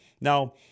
Now